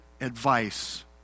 advice